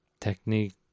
technique